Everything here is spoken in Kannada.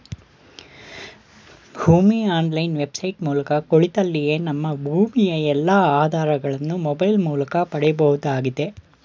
ಭೂಮಿ ಆನ್ಲೈನ್ ವೆಬ್ಸೈಟ್ ಮೂಲಕ ಕುಳಿತಲ್ಲಿಯೇ ನಮ್ಮ ಭೂಮಿಯ ಎಲ್ಲಾ ಆಧಾರಗಳನ್ನು ಮೊಬೈಲ್ ಮೂಲಕ ಪಡೆಯಬಹುದಾಗಿದೆ